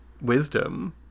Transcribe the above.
wisdom